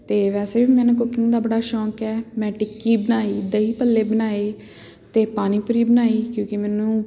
ਅਤੇ ਵੈਸੇ ਵੀ ਮੈਨੇ ਕੂਕਿੰਗ ਦਾ ਬੜਾ ਸ਼ੌਂਕ ਹੈ ਮੈਂ ਟਿੱਕੀ ਬਣਾਈ ਦਹੀ ਭੱਲੇ ਬਣਾਏ ਅਤੇ ਪਾਣੀ ਪੂਰੀ ਬਣਾਈ ਕਿਉਂਕਿ ਮੈਨੂੰ